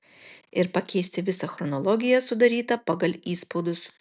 ir pakeisti visą chronologiją sudarytą pagal įspaudus